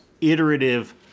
iterative